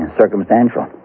circumstantial